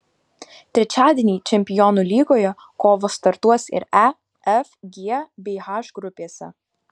trečiadienį čempionų lygoje kovos startuos ir e f g bei h grupėse